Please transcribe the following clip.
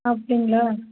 அப்படிங்களா